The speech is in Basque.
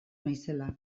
naizela